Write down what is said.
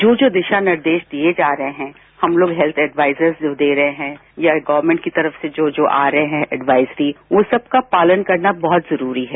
जो जो दिशा निर्देश दिए जा रहे हैं हम लोग हेल्थ एडवाइजर्स दे रहे हैं या गवर्नमेंट की तरफ से जो जो आ रहे हैं ऐडवाइज भी वो सबका पालन करना बहत जरूरी है